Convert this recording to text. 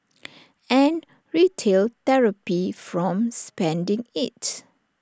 and retail therapy from spending IT